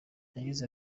yagize